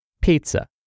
pizza